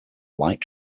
light